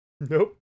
Nope